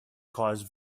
caused